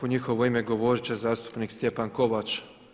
U njihovo ime govorit će zastupnik Stjepan Kovač.